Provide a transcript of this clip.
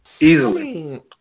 Easily